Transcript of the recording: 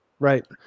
right